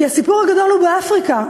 כי הסיפור הגדול הוא באפריקה,